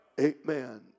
Amen